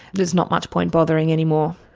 there's not much point bothering anymore.